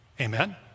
Amen